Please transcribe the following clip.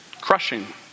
crushing